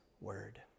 word